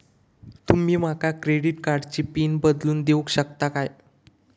तुमी माका क्रेडिट कार्डची पिन बदलून देऊक शकता काय?